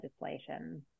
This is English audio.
legislation